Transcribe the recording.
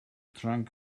trunk